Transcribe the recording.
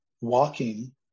walking